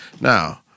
Now